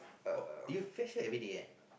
uh you fetch her everyday kan